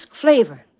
flavor